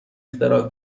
اختراع